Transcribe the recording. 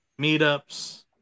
meetups